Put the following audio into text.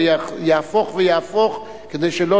ויהפוך בו, כדי שלא